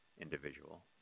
individual